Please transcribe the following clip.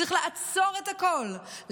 צריך לעצור את הכול,